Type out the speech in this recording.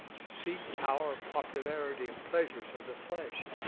and seek power, popularity, and pleasures of the flesh.